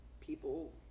people